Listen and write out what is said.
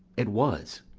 it was,